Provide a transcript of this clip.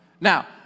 Now